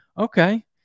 okay